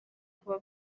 kuba